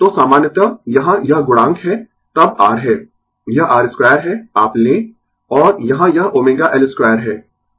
तो सामान्यतः यहाँ यह गुणांक है तब R है यह R 2 है आप लें और यहाँ यह ω L 2 है